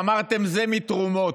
אמרתם: זה מתרומות,